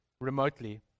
remotely